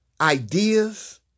ideas